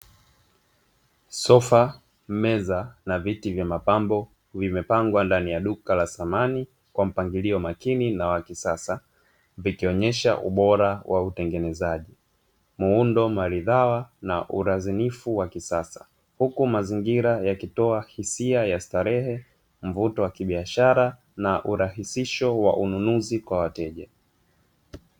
Sofa, meza, na viti vya mapambo vimepangwa ndani ya duka la samani kwa mpangilio makini na wa kisasa, ikionesha ubora wa utengenezaji muundo maridhawa na urazinifu wa kisasa huku mazingira yakitoa hisia ya starehe mvuto wa kibiashara na urahisisho wa ununuzi kwa wateja.